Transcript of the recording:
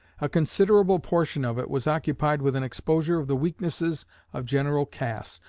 a considerable portion of it was occupied with an exposure of the weaknesses of general cass,